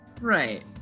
right